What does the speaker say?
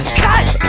cut